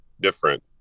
different